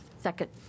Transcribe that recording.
Second